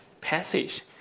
passage